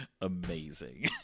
amazing